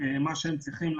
שהם צריכים.